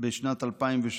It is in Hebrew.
בשנת 2017